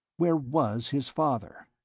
where was his father?